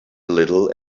little